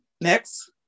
next